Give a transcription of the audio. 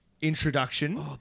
introduction